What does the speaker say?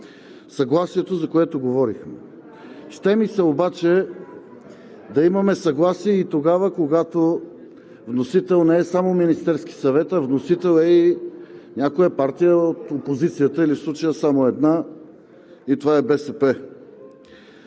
съгласието, за което говорихме. Ще ми се обаче да имаме съгласие и когато вносител не е само Министерският съвет, а вносител е и някоя партия от опозицията, в случая само една – БСП.